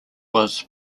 was